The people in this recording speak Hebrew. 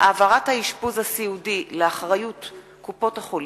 העברת האשפוז הסיעודי לאחריות קופות-החולים),